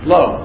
Low